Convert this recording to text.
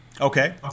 Okay